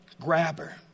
grabber